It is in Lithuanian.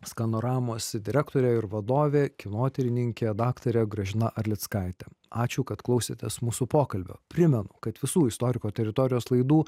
skanoramos direktorė ir vadovė kinotyrininkė daktarė gražina arlickaitė ačiū kad klausėtės mūsų pokalbio primenu kad visų istoriko teritorijos laidų